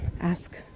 ask